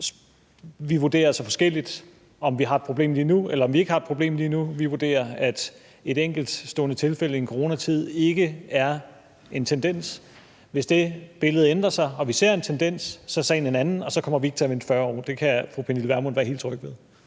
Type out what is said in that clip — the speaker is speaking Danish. Vi vurderer det så forskelligt, i forhold til om vi har et problem lige nu, eller om vi ikke har et problem lige nu. Vi vurderer, at et enkeltstående tilfælde i en coronatid ikke er en tendens. Hvis det billede ændrer sig og vi ser en tendens, er sagen en anden, og så kommer vi ikke til at vente 40 år – det kan fru Pernille Vermund være helt tryg ved.